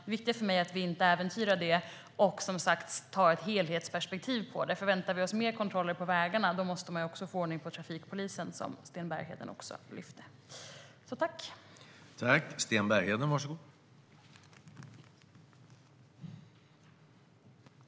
Det viktiga för mig är att vi inte äventyrar detta och att vi tar ett helhetsperspektiv på det, för väntar vi oss mer kontroller på vägarna måste vi också få ordning på trafikpolisen, som Sten Bergheden också lyfte fram.